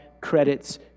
credits